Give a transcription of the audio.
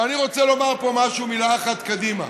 אבל אני רוצה לומר פה משהו, מילה אחת קדימה,